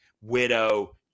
widow